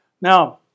Now